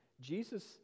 Jesus